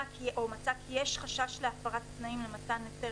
או מצא כי יש חשש להפרת תנאים למתן היתר